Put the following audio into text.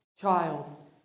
child